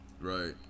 right